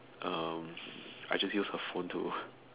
um I just use her phone to